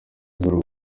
z’u